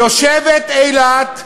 יושבת אילת,